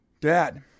Dad